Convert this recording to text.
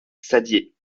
saddier